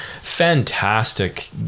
fantastic